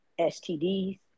STDs